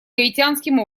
гаитянским